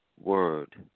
word